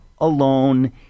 alone